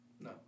No